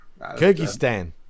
Kyrgyzstan